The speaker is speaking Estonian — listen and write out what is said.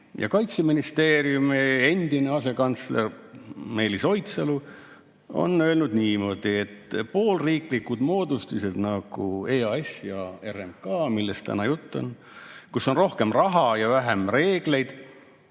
Ja Kaitseministeeriumi endine asekantsler Meelis Oidsalu on öelnud niimoodi, et poolriiklikud moodustised nagu EAS ja RMK, millest täna juttu on, kus on rohkem raha ja vähem reegleid